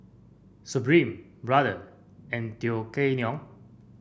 Supreme Brother and Tao Kae Noi